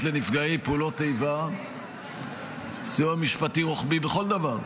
לנפגעי פעולות איבה סיוע משפטי רוחבי בכל דבר.